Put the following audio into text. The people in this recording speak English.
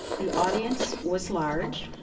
the audience was large,